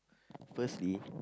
firstly